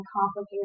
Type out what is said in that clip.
complicated